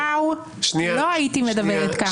לא הייתי מדברת ככה.